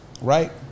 right